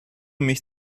mich